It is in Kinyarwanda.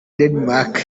danemark